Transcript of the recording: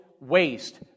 waste